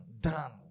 Done